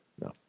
no